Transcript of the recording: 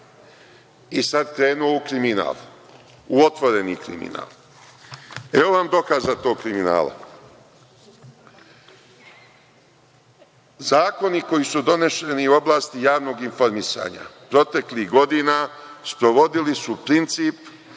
i sad krenuo u kriminal, u otvoreni kriminal. Evo, vam dokaza tog kriminala. Zakoni koji su doneseni u oblasti javnog informisanja proteklih godina sprovodili su princip